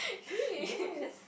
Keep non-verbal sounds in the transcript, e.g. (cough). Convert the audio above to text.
(laughs) yes